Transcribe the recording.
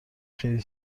خیلی